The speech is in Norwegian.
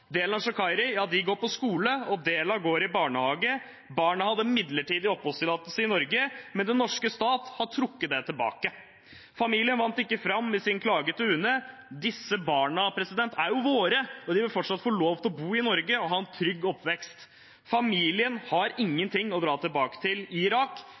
går på skole, og Della går i barnehage. Barna hadde en midlertidig oppholdstillatelse i Norge, men den norske stat har trukket den tilbake. Familien vant ikke fram med sin klage til UNE. Disse barna er våre, og de bør fortsatt få lov til å bo i Norge og ha en trygg oppvekst. Familien har ingenting å dra tilbake til i Irak.